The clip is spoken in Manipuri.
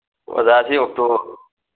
ꯑꯣꯖꯥꯁꯤ ꯑꯣꯛꯇꯣ